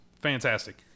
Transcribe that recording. fantastic